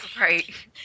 Right